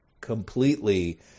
completely